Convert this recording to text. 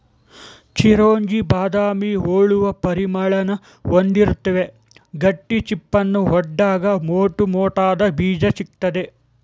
ಚಿರೊಂಜಿ ಬಾದಾಮಿ ಹೋಲುವ ಪರಿಮಳನ ಹೊಂದಿರುತ್ವೆ ಗಟ್ಟಿ ಚಿಪ್ಪನ್ನು ಒಡ್ದಾಗ ಮೋಟುಮೋಟಾದ ಬೀಜ ಸಿಗ್ತದೆ